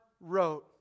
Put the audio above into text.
wrote